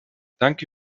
danke